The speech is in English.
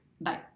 Bye